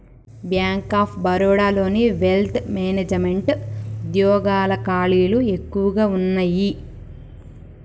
bank of బరోడాలోని wealth management వుద్యోగాల ఖాళీలు ఎక్కువగా వున్నయ్యి